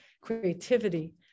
creativity